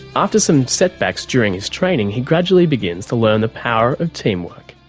after some setbacks during his training, he gradually begins to learn the power of teamwork.